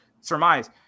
surmise